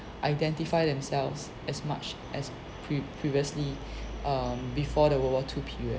identify themselves as much as pre~ previously um before the world war two period